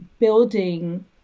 building